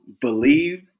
believe